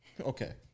Okay